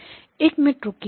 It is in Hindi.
1 मिनट रुकिए